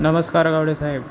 नमस्कार गावडे साहेब